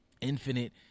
infinite